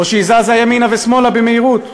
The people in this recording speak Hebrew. או שהיא זזה ימינה ושמאלה במהירות.